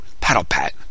paddle-pat